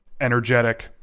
energetic –